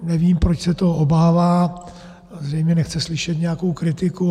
Nevím, proč se toho obává, zřejmě nechce slyšet nějakou kritiku.